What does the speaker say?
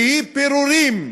שהיא פירורים,